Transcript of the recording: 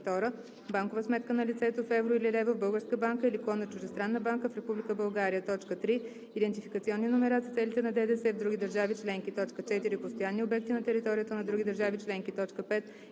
банкова сметка на лицето в евро или лева в българска банка или клон на чуждестранна банка в Република България; 3. идентификационни номера за целите на ДДС в други държави членки; 4. постоянни обекти на територията на други държави членки; 5.